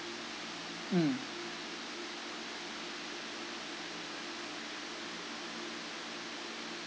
mm